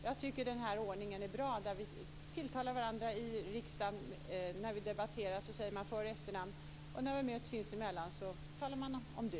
Jag tycker att den ordningen är bra att när vi tilltalar varandra i riksdagen när vi debatterar säger vi för och efternamn, och när vi möts sinsemellan säger vi du.